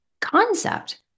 concept